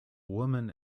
woman